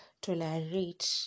tolerate